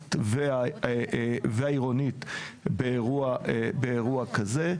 הממשלתית והעירונית באירוע כזה.